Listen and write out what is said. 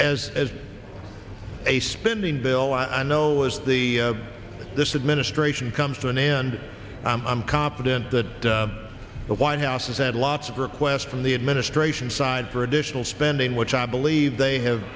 as as a spending bill i know as the this administration comes to an end i'm confident that the white house has had lots of requests from the administration side for additional spending which i believe they have